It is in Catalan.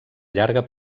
llarga